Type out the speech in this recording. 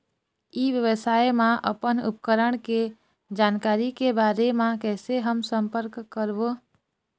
ई व्यवसाय मा अपन उपकरण के जानकारी के बारे मा कैसे हम संपर्क करवो?